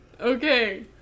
Okay